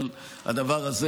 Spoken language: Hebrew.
אבל הדבר הזה,